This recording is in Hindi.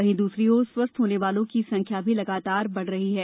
वहीं दूसरी ओर स्वस्थ होने वालों की संख्या भी लगातार बढ़ रही है